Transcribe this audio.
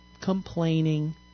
complaining